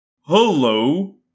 Hello